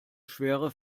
schwere